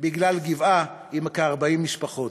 בגלל גבעה עם כ-40 משפחות.